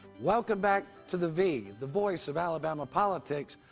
welcome back to the v, the voice of alabama politics.